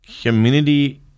community